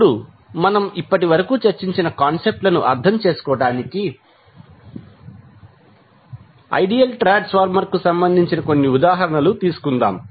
ఇప్పుడు మనము ఇప్పటివరకు చర్చించిన కాన్సెప్ట్ లను అర్థం చేసుకోవడానికి ఐడియల్ ట్రాన్స్ఫార్మర్ కు సంబంధించిన కొన్ని ఉదాహరణలు తీసుకుందాం